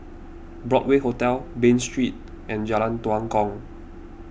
Broadway Hotel Bain Street and Jalan Tua Kong